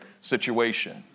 situation